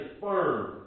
firm